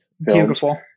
beautiful